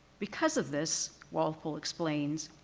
because of this walpole explains,